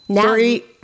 Three